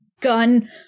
gun